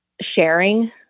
sharing